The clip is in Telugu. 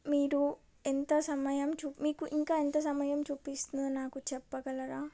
మీరు ఎంత సమయం చూ మీకు ఇంకా ఎంత సమయం చూపిస్తుందో నాకు చెప్పగలరా